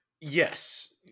Yes